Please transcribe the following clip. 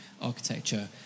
architecture